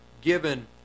given